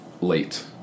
Late